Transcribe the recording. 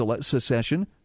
secession